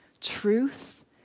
truth